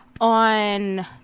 on